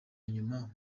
nyuma